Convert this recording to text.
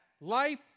life